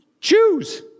choose